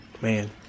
man